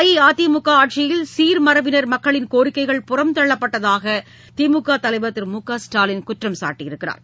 அஇஅதிமுக ஆட்சியில் சீர்மரபினர் மக்களின் கோரிக்கைகள் புறந்தள்ளப்பட்டதாக திமுக தலைவர் திரு மு க ஸ்டாலின் குற்றம் சாட்டியுள்ளார்